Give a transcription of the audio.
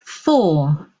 four